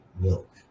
milk